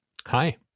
Hi